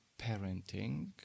parenting